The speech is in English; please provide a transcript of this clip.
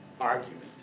Argument